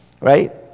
right